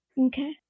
Okay